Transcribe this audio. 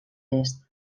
est